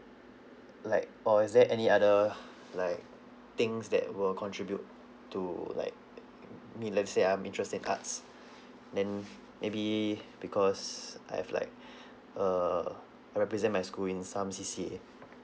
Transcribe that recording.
like or is there any other like things that will contribute to like err me let's say I'm interested in arts then maybe because I have like err represent my school in some C_C_A